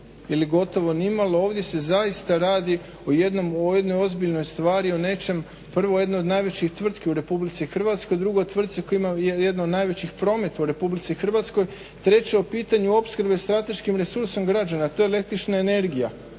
ili gotovo nimalo, ovdje se zaista radi o jednoj ozbiljnoj stvari o nečem prvo jednoj od najvećih tvrtki u RH, drugo tvrci koja ima jedan od najvećih prometa u RH, treće o pitanju opskrbe strateškim resursom građana, a to je el.energija.